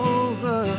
over